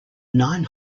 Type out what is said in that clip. nine